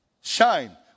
Shine